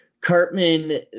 Cartman